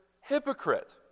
hypocrite